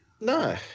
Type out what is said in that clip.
No